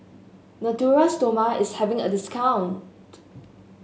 Natura Stoma is having a discount